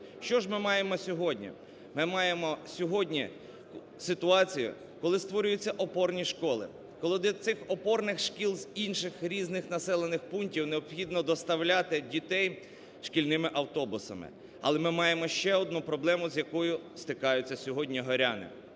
Що ж ми маємо сьогодні? Ми маємо сьогодні ситуацію, коли створюються опорні школи, коли до цих опорних шкіл з інших, різних населених пунктів необхідно доставляти дітей шкільними автобусами. Але ми маємо ще одну проблему з якою стикаються сьогодні горяни.